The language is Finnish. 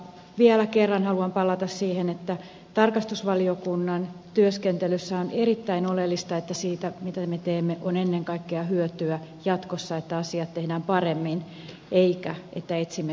vielä kerran haluan palata siihen että tarkastusvaliokunnan työskentelyssä on erittäin oleellista että siitä mitä me teemme on ennen kaikkea hyötyä jatkossa että asiat tehdään paremmin eikä että etsimme syyllisiä